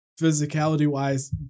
physicality-wise